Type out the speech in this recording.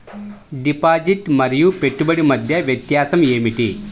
Deposit మరియు పెట్టుబడి మధ్య వ్యత్యాసం ఏమిటీ?